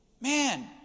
man